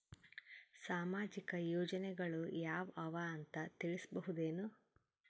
ಸಾಮಾಜಿಕ ಯೋಜನೆಗಳು ಯಾವ ಅವ ಅಂತ ತಿಳಸಬಹುದೇನು?